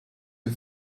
you